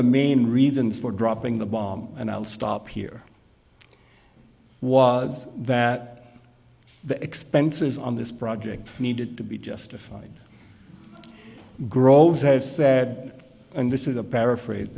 the main reasons for dropping the bomb and i'll stop here was that the expenses on this project needed to be justified groves has said and this is a paraphrase